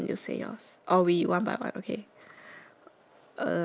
uh the right top hand side